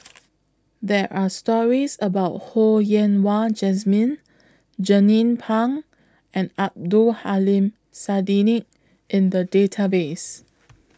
There Are stories about Ho Yen Wah Jesmine Jernnine Pang and Abdul Aleem Siddique in The Database